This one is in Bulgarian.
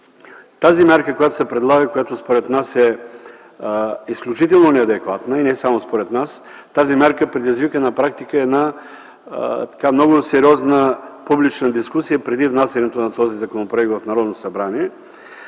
тази мярка, която се предлага и която според нас е изключително неадекватна, а и не само според нас, предизвика на практика сериозна публична дискусия преди внасянето на този законопроект в Народното събрание.